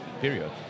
period